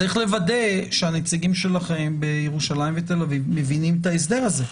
צריך לוודא שנציגים שלכם בירושלים ובתל אביב מבינים את ההסדר הזה,